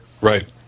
Right